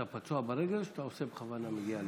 אתה פצוע ברגל או שאתה עושה בכוונה כשאתה מגיע אליי?